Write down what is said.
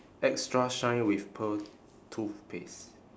extra shine with pearl toothpaste